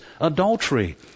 adultery